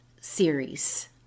series